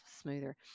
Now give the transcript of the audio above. smoother